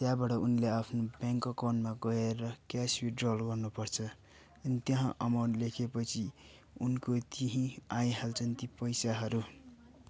त्यहाँबाट उनले आफ्नो ब्याङ्क एकाउन्टमा गएर क्यास विड्रल गर्नु पर्छ अनि त्यहाँ अमाउन्ट लेखेपछि उनको त्यहीँ आइहाल्छन् ती पैसाहरू